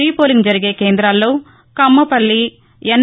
repolling జరిగే కేంద్రాల్లో కమ్మపల్లి ఎన్